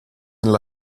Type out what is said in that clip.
nella